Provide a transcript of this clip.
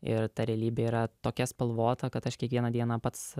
ir ta realybė yra tokia spalvota kad aš kiekvieną dieną pats